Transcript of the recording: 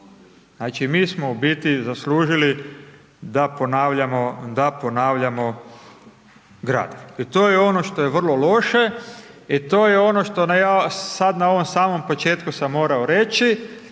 Znači, mi smo u biti zaslužili da ponavljamo gradivo i to je ono što je vrlo loše i to je ono što ja sad na samom ovom početku sam morao reći